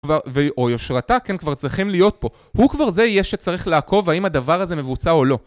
או יושרתה, כן כבר צריכים להיות פה, הוא כבר זה יהיה שצריך לעקוב האם הדבר הזה מבוצע או לא